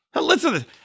Listen